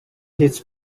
his